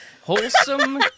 wholesome